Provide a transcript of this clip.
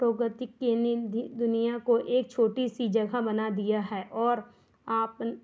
प्रगति के निधि दुनिया को एक छोटी सी जगह बना दिया है और आप